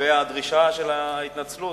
לגבי הדרישה של ההתנצלות.